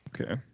Okay